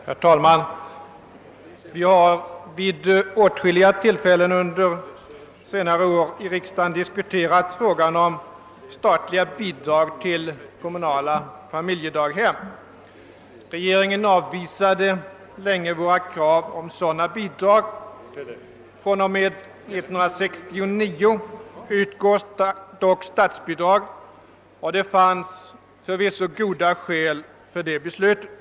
Herr talman! Vi har vid åtskilliga tillfällen under senare år diskuterat frågan om statliga bidrag till kommunala familjedaghem. Regeringen avvisade länge våra krav på sådana bidrag. fr.o.m. 1969 utgår dock statsbidrag, och det fanns förvisso goda skäl för det beslutet.